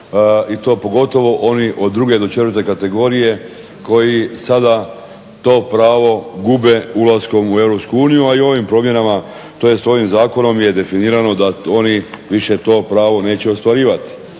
i to pogotovo oni od druge do četvrte kategorije koji sada to pravo gube ulaskom u EU a i ovim promjenama, tj. ovim zakonom je definirano da oni više to pravo neće ostvarivati.